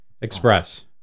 Express